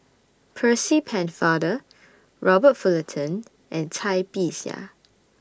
Percy Pennefather Robert Fullerton and Cai Bixia